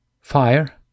fire